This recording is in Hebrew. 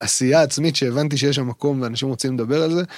עשייה עצמית שהבנתי שיש שם מקום ואנשים רוצים לדבר על זה.